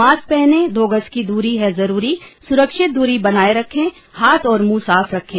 mask पहनें दो गज की दूरी है जरूरी सुरक्षित दूरी बनाए रखें हाथ और मुंह साफ रखें